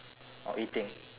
or eating